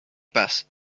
paz